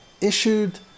issued